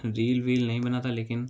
reel वील नहीं बनाता लेकिन